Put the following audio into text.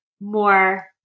more